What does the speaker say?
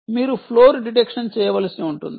మీరు floor detection చేయవలసి ఉంటుంది